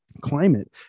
climate